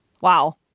wow